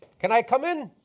can i come in?